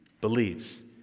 believes